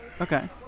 Okay